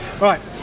Right